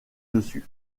dessus